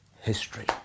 history